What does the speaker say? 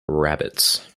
rabbits